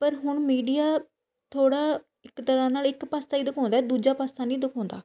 ਪਰ ਹੁਣ ਮੀਡੀਆ ਥੋੜ੍ਹਾ ਇੱਕ ਤਰ੍ਹਾਂ ਨਾਲ ਇੱਕ ਪਾਸਾ ਹੀ ਦਿਖਾਉਂਦਾ ਦੂਜਾ ਪਾਸਾ ਨਹੀਂ ਦਿਖਾਉਂਦਾ